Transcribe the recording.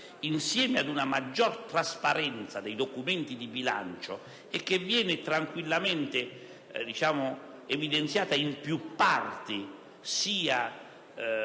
insieme ad una maggiore trasparenza dei documenti di bilancio che viene tranquillamente evidenziata in più parti, sia